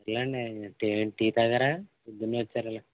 ఇలానా అండి టీ తాగారా పొద్దున్నే వచ్చారు ఇలా